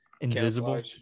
invisible